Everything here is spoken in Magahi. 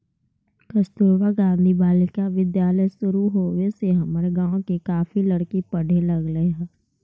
कस्तूरबा गांधी बालिका विद्यालय शुरू होवे से हमर गाँव के काफी लड़की पढ़े लगले हइ